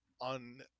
on